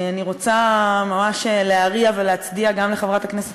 אני רוצה ממש להריע ולהצדיע גם לחברת הכנסת